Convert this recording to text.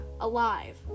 alive